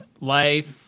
life